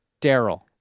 Daryl